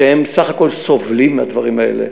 שהן בסך הכול סובלות מהדברים האלה.